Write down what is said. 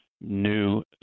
new